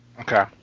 Okay